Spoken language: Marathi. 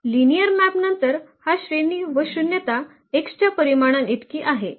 लिनिअर मॅप नंतर हा श्रेणी व शून्यता X च्या परिमाणांइतकीच आहे